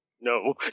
No